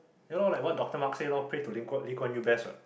yeah lor like what doctor Mark say loh pray to lee kuan Lee Kuan Yew best what